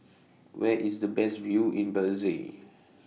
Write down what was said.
Where IS The Best View in Belize